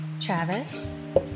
Travis